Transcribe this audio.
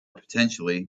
potentially